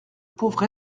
pauvre